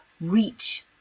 reach